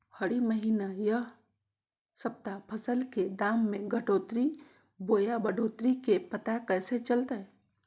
हरी महीना यह सप्ताह फसल के दाम में घटोतरी बोया बढ़ोतरी के पता कैसे चलतय?